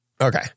Okay